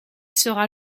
sera